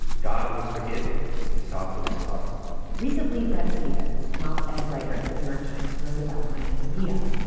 god would forgive him and soften his heart recently, bret stephens, an op ed writer at the new york times, wrote about my antonia.